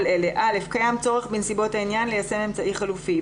קיים צורך, בנסיבות העניין, ליישם אמצעי חלופי.